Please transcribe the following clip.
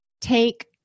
take